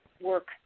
work